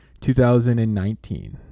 2019